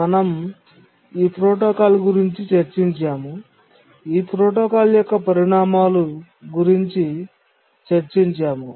మనం ఈ ప్రోటోకాల్ గురించి చర్చించాము ఈ ప్రోటోకాల్ యొక్క పరిణామాలు గురించి చర్చించాము